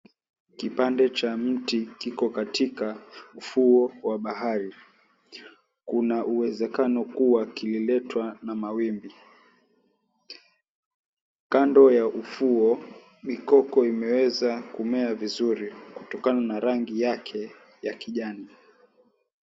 Kipande cha mti kiko katikati ya ufuo wa bahari. Kuna uwezekano kuwa kililetwa na mawimbi. Kando ya ufuo mikoko imeweza kuonekana vizuri kutokana na rangi yake ya kijani.